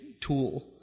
tool